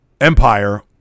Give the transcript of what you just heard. empire